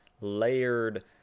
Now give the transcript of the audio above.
layered